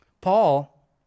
Paul